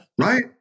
Right